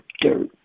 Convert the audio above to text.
dirt